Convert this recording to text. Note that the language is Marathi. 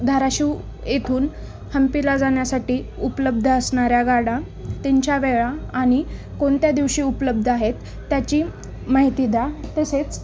धाराशिव येथून हंपीला जाण्यासाठी उपलब्ध असणाऱ्या गाड्या त्यांच्या वेळा आणि कोणत्या दिवशी उपलब्ध आहेत त्याची माहिती द्या तसेच